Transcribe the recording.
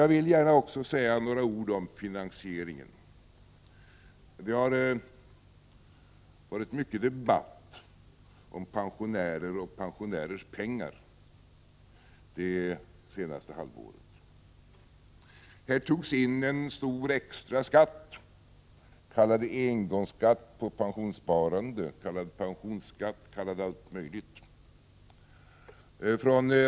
Jag vill också gärna säga några ord om finansieringen. Det har förts många debatter om pensionärer och pensionärers pengar det senaste halvåret. Här togs in en stor extra skatt, kallad engångsskatt på pensionssparande, kallad pensionsskatt, kallad allt möjligt.